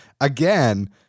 again